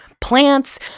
plants